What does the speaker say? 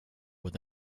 with